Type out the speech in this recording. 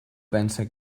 pense